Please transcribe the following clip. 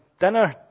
dinner